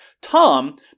Tom